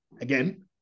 again